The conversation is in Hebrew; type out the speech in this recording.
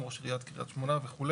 ראש עיריית קריית שמונה וכו'.